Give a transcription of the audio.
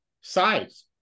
Size